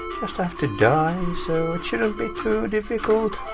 just have to die, so it shouldn't be too difficult,